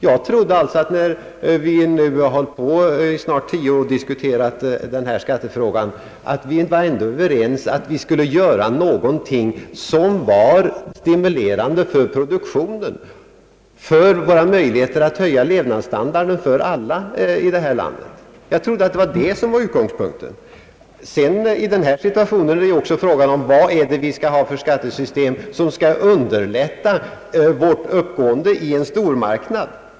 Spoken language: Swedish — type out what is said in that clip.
Jag trodde att när vi nu i snart tio år diskuterat denna skattefråga, vi var överens om att göra någonting som var stimulerande för produktionen, för våra möjligheter att höja levnadsstandarden för alla i detta land. Jag trodde det var utgångspunkten. I denna situation är frågan, vilket skattesystem vi bör ha för att underlätta vårt uppgående i en stormarknad.